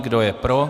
Kdo je pro?